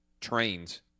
Trains